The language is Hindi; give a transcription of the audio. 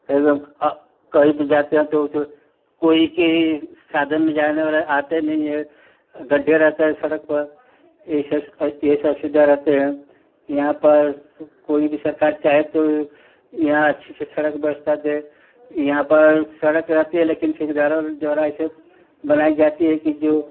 एकदम कहीं भी जाते हैं तो कोई कि साधन में जाने वला आते हैं नहीं हैं गड्ढे रहता है सड़क पर यही सब यही सब सुविधा रहते हैं यहाँ पर कोई भी सरकार चाहे तो यहाँ अच्छी से सड़क व्यवस्था दे यहाँ पर सड़क रहती है लेकिन ठेकेदारों द्वारा इसे बनाई जाती है कि जो